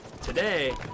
today